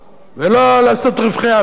ולא לעשות רווחי אוויר,